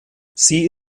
sie